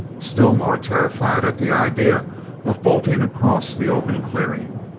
still more terrified at the idea of bolting across the open clearing.